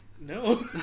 No